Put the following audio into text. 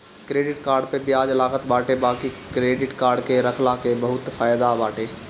credit card पअ बियाज लागत बाटे बाकी क्क्रेडिट कार्ड के रखला के बहुते फायदा बाटे